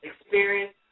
experience